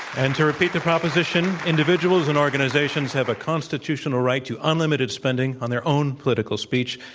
and to repeat the proposition, individuals and organizations have a constitutional right to unlimited spending on their own political speech.